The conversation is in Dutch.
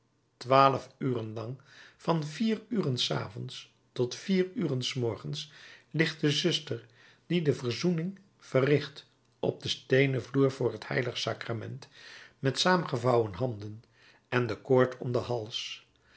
twaalf uren lang van vier uren s avonds tot vier uren s morgens ligt de zuster die de verzoening verricht op den steenen vloer voor het heilig sacrament met saamgevouwen handen en de koord om den hals